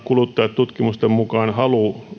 kuluttajatutkimusten mukaan halu